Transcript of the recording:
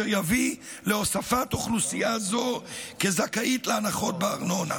יביא להוספת אוכלוסייה זו כזכאית להנחות בארנונה.